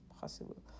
possible